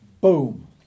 Boom